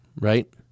Right